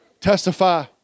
testify